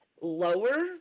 lower